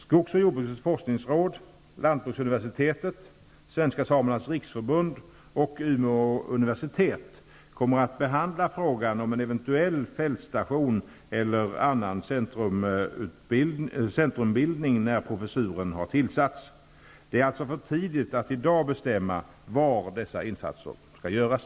Skogs och jordbrukets forskningsråd, lantbruksuniversitetet, Svenska samernas riksförbund och Umeå universitet kommer att behandla frågan om en eventuell fältstation eller annan centrumbildning när professuren tillsatts. Det är alltså för tidigt att i dag bestämma var dessa insatser skall göras.